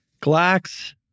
Glax